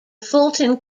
fulton